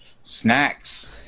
Snacks